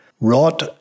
wrought